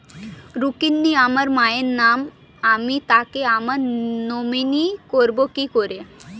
রুক্মিনী আমার মায়ের নাম আমি তাকে আমার নমিনি করবো কি করে?